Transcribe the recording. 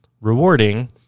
rewarding